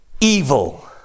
Evil